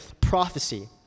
prophecy